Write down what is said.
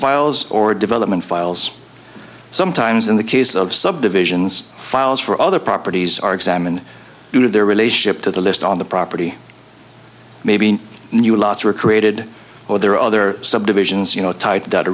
files or development files sometimes in the case of subdivisions files for other properties are examined due to their relationship to the list on the property maybe new lots were created or there are other subdivisions you know t